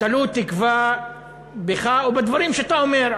תלו תקווה בך או בדברים שאתה אומר,